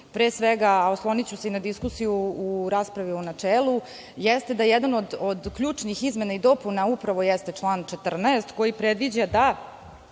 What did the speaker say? Pre svega, osloniću se i na diskusiju u raspravi u načelu. Jedna od ključnih izmena i dopuna upravo jeste član 14. koji predviđa da